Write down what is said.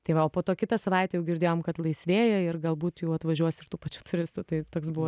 tai va o po to kitą savaitę jau girdėjom kad laisvėja ir galbūt jau atvažiuos iš tų pačių turistų tai toks buvo